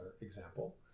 example